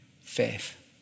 Faith